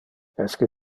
esque